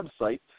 website